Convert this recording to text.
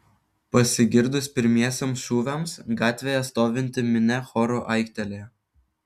pasigirdus pirmiesiems šūviams gatvėje stovinti minia choru aiktelėjo